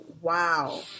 wow